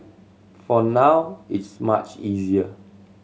for now it's much easier